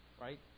right